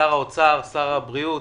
שר האוצר, שר הבריאות,